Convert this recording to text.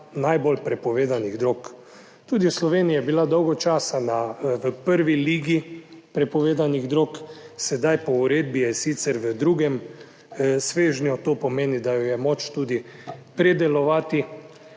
najbolj prepovedanih drog. Tudi v Sloveniji je bila dolgo čas v prvi ligi prepovedanih drog. Sedaj po uredbi je sicer v drugem svežnju, to pomeni, da jo je moč tudi predelovati